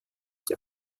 der